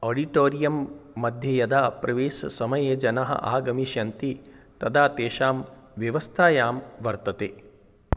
auditorium मध्ये यदा प्रवेशसमये जनाः आगमिष्यन्ति तदा तेषां व्यवस्थायां वर्तते